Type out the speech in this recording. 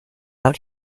out